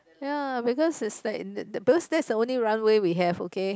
ya because it's like that that because that's the only runway we have okay